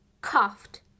coughed